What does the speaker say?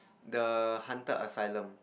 the haunted asylum